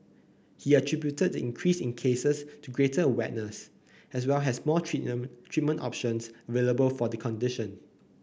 he attributed the increase in cases to greater awareness as well as more treatment treatment options available for the condition